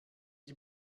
die